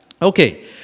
Okay